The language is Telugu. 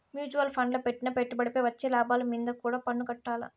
మ్యూచువల్ ఫండ్ల పెట్టిన పెట్టుబడిపై వచ్చే లాభాలు మీంద కూడా పన్నుకట్టాల్ల